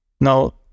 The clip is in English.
Now